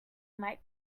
might